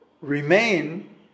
remain